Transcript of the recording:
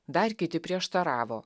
dar kiti prieštaravo